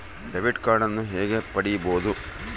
Debit ಕಾರ್ಡನ್ನು ಹೇಗೆ ಪಡಿಬೋದು?